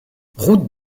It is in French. route